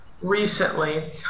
Recently